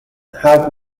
have